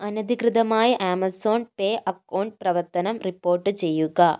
അനധികൃതമായ് Amazon Pay account പ്രവർത്തനം report ചെയ്യുക